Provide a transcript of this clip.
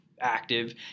active